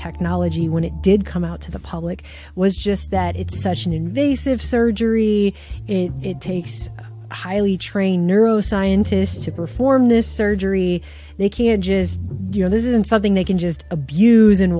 technology when it did come out to the public was just that it's such an invasive surgery it takes highly trained neuros scientists to perform this surgery they can't just you know this isn't something they can just abus